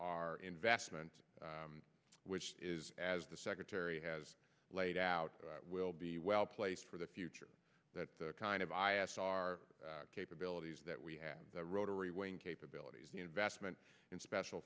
our investment which is as the secretary has laid out will be well placed for the future that kind of i f r capabilities that we have the rotary wing capabilities vestment and special